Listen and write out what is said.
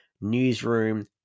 newsroom